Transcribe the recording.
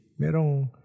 merong